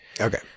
okay